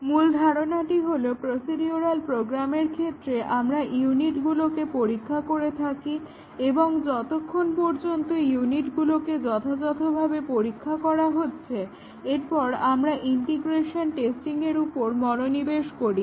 তাহলে ভুল ধারণাটি হলো প্রসিডিউরাল প্রোগ্রামের ক্ষেত্রে আমরা ইউনিটগুলোকে পরীক্ষা করে থাকি এবং যতক্ষণ পর্যন্ত ইউনিটগুলোকে যথাযথভাবে পরীক্ষা করা হচ্ছে এরপর আমরা ইন্টিগ্রেশন টেস্টিংয়ের উপর মনোনিবেশ করি